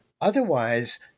otherwise